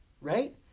right